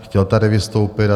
Chtěl tady vystoupit.